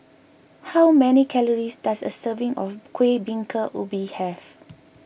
how many calories does a serving of Kueh Bingka Ubi have